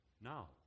Now